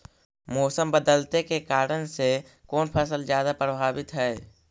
मोसम बदलते के कारन से कोन फसल ज्यादा प्रभाबीत हय?